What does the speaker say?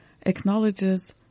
acknowledges